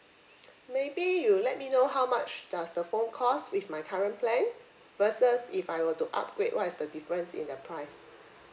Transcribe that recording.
maybe you let me know how much does the phone cost with my current plan versus if I were to upgrade what is the difference in the price